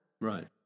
Right